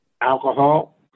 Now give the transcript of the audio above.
alcohol